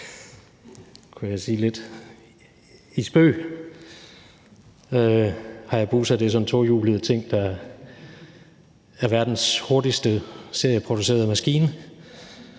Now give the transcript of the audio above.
år, kunne jeg sige lidt i spøg. Hayabusa er sådan en tohjulet ting, der er verdens hurtigste serieproducerede maskine,